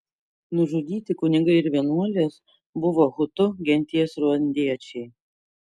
nužudyti kunigai ir vienuolės buvo hutu genties ruandiečiai